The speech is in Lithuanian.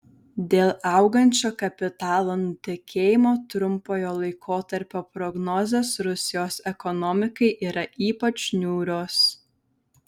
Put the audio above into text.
dėl augančio kapitalo nutekėjimo trumpojo laikotarpio prognozės rusijos ekonomikai yra ypač niūrios